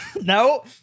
No